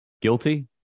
guilty